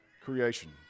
creation